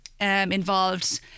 Involved